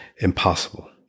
impossible